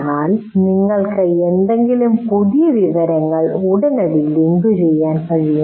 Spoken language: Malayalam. എന്നാൽ നിങ്ങൾക്ക് എന്തെങ്കിലും പുതിയ വിവരങ്ങൾ ഉടനടി ലിങ്കുചെയ്യാൻ കഴിയും